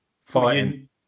fighting